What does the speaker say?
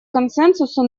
консенсусу